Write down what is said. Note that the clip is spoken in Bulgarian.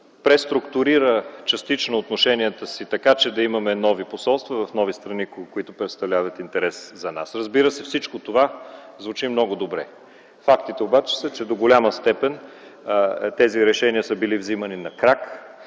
да преструктурира частично отношенията си така, че да имаме нови посолства в нови страни, които представляват интерес за нас. Разбира се, всичко това звучи много добре. Фактите обаче са, че до голяма степен тези решения са били вземани на крак,